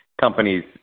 companies